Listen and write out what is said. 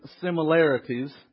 similarities